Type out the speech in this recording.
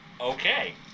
Okay